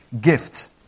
gift